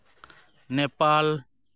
Nepal